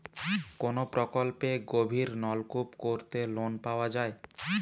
কোন প্রকল্পে গভির নলকুপ করতে লোন পাওয়া য়ায়?